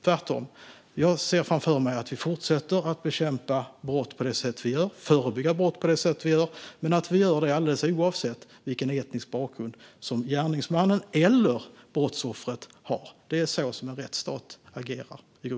Tvärtom ser jag framför mig att vi fortsätter bekämpa brott på det sätt vi gör och förebygga brott på det sätt vi gör och att vi gör det alldeles oavsett vilken etnisk bakgrund gärningsmannen eller brottsoffret har. Det är så en rättsstat agerar.